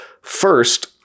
first